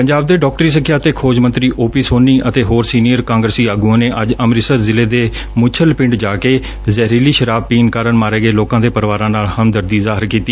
ਪੰਜਾਬ ਦੇ ਡਾਕਟਰੀ ਸਿੱਖਿਆ ਅਤੇ ਖੋਜ ਮੰਤਰੀ ਓ ਪੀ ਸੋਨੀ ਅਤੇ ਹੋਰ ਸੀਨੀਅਰ ਕਾਂਗਰਸੀ ਆਗੁਆਂ ਨੇ ਅੱਜ ਅੰਮ੍ਰਿਤਸਰ ਜ਼ਿਲ੍ਹੇ ਦੇ ਮੁੱਛਲ ਪਿੰਡ ਜਾ ਕੇ ਜ਼ਹਿਰੀਲੀ ਸ਼ਰਾਬ ਪੀ ਕਾਰਨ ਮਾਰੇ ਗਏ ਲੋਕਾਂ ਦੇ ਪਰਿਵਾਰਾਂ ਨਾਲ ਹਮਦਰਦੀ ਜ਼ਾਹਿਰ ਕੀਤੀ